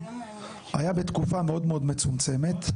היה בתקופה מאוד מאוד מצומצמת,